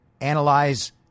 analyze